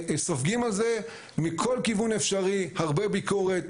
סופגים על זה מכל כיוון אפשרי הרבה ביקורת,